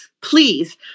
please